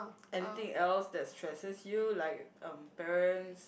anything else that stresses you like um parents